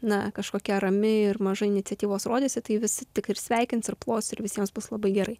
na kažkokia rami ir mažai iniciatyvos rodysi tai visi tik ir sveikins ir plos ir visiems bus labai gerai